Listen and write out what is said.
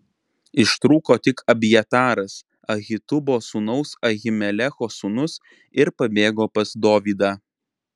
ištrūko tik abjataras ahitubo sūnaus ahimelecho sūnus ir pabėgo pas dovydą